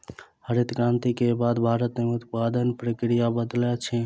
हरित क्रांति के बाद भारत में उत्पादन प्रक्रिया बदलल अछि